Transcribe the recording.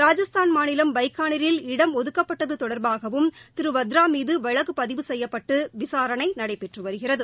ராஜஸ்தான் மாநிலம் பைக்காளிரில் இடஒதுக்கப்பட்டதுதொடர்பாகவும் திருவத்ராமீதுவழக்குபதிவு செய்யப்பட்டுவிசாரணைநடைபெற்றுவருகிறது